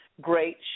great